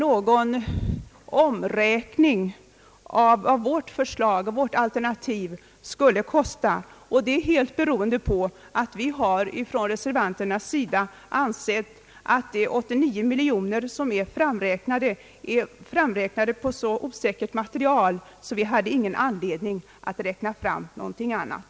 Vi har inte räknat ut vad vårt alternativ skulle kosta, och det beror helt på att vi reservanter har ansett att de 89 miljoner, som man kommit till, har räknats fram på ett så osäkert material att vi inte hade någon anledning att kommentera eller räkna fram någonting annat.